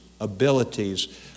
abilities